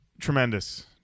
Tremendous